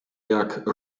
jak